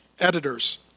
Editors